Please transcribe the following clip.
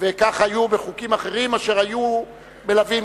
וכך היה בחוקים אחרים אשר היו מלווים,